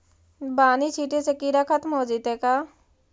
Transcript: बानि छिटे से किड़ा खत्म हो जितै का?